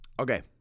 Okay